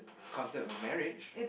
concept of marriage